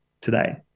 today